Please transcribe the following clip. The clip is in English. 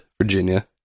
Virginia